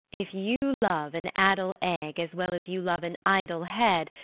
if you love an addle egg as well as you love an idle head,